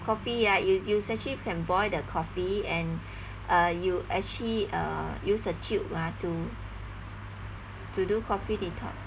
coffee ah you you actually can boil the coffee and uh you actually uh use a tube ah to to do coffee detox